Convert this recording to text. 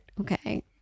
Okay